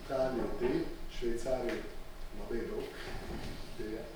italijoj taip šveicarijoj labai daug deja